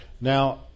Now